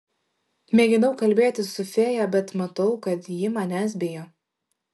mėginau kalbėtis su fėja bet matau kad ji manęs bijo